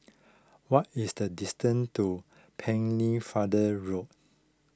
what is the distance to Pennefather Road